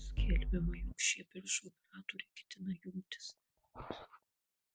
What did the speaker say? skelbiama jog šie biržų operatoriai ketina jungtis